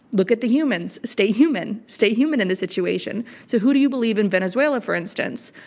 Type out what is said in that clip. look at the humans, stay human, stay human in this situation. so who do you believe in venezuela for instance?